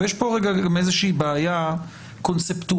יש כאן איזושהי בעיה קונספטואלית.